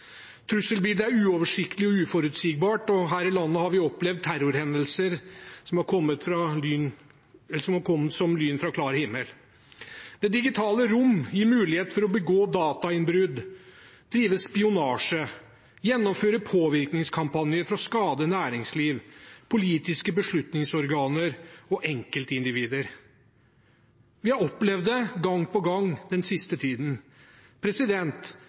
er uoversiktlig og uforutsigbart, og her i landet har vi opplevd terrorhendelser som har kommet som lyn fra klar himmel. Det digitale rom gir mulighet for å begå datainnbrudd, drive spionasje og gjennomføre påvirkningskampanjer for å skade næringsliv, politiske beslutningsorganer og enkeltindivider. Vi har opplevd det gang på gang den siste tiden.